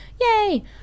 yay